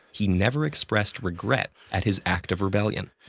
he never expressed regret at his act of rebellion.